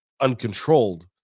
uncontrolled